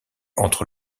entre